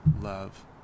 love